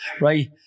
right